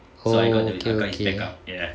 oh okay okay